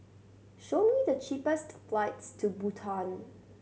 show me the cheapest flights to Bhutan